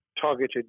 targeted